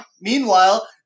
meanwhile